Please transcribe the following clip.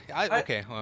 Okay